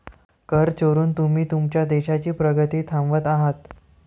कर चोरून तुम्ही तुमच्या देशाची प्रगती थांबवत आहात